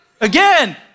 Again